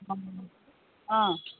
অ